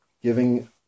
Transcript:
Giving